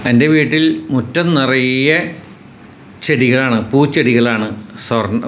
എൻ്റെ വീട്ടിൽ മുറ്റം നിറയെ ചെടികളാണ് പൂച്ചെടികളാണ് സ്വർ